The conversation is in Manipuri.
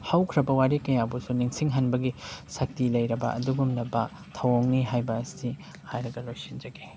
ꯍꯧꯈ꯭ꯔꯕ ꯋꯥꯔꯤ ꯀꯌꯥꯕꯨꯁꯨ ꯅꯤꯡꯁꯤꯡꯍꯟꯕꯒꯤ ꯁꯛꯇꯤ ꯂꯩꯔꯕ ꯑꯗꯨꯒꯨꯝꯂꯕ ꯊꯧꯑꯣꯡꯅꯤ ꯍꯥꯏꯕ ꯑꯁꯤ ꯍꯥꯏꯔꯒ ꯂꯣꯏꯁꯤꯟꯖꯒꯦ